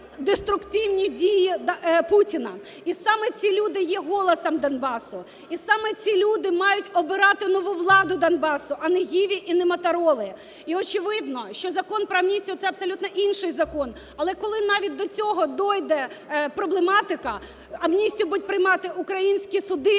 деструктивні дії Путіна. І саме ці люди є голосом Донбасу, і саме ці люди мають обирати нову владу Донбасу, а не "гіві" і "мотороли". І очевидно, що Закон про амністію – це абсолютно інший закон. Але, коли навіть до цього дойде проблематика, амністію будуть приймати українські суди,